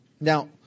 Now